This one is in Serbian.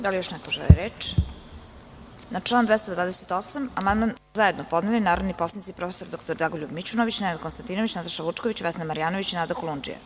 Da li još neko želi reč? (Ne) Na član 228. amandman su zajednopodneli narodni poslanici prof. dr Dragoljub Mićunović, Nenad Konstatinović, Nataša Vučković, Vesna Marjanović i Nada Kulundžija.